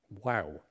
Wow